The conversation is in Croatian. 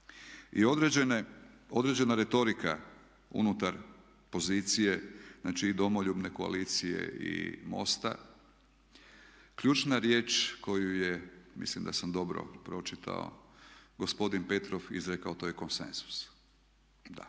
Određena retorika unutar pozicije znači i Domoljubne koalicije i MOST-a ključna riječ koju je, mislim da sam dobro pročitao, gospodin Petrov izrekao to je konsenzus. Da,